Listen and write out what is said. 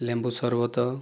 ଲେମ୍ବୁ ସର୍ବତ